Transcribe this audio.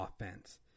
offense